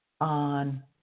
on